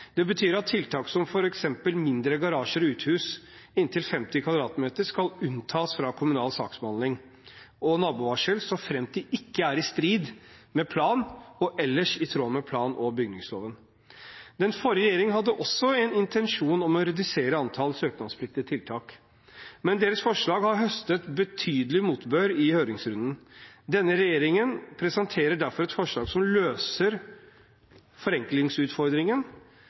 Det betyr at tiltak som f.eks. mindre garasjer og uthus på inntil 50 m2 skal unntas fra kommunal saksbehandling og nabovarsel såfremt det ikke er i strid med plan, og ellers er i tråd med plan- og bygningsloven. Den forrige regjeringen hadde også en intensjon om å redusere antall søknadspliktige tiltak, men deres forslag høstet betydelig motbør i høringsrunden. Denne regjeringen presenterer derfor et forslag som løser forenklingsutfordringen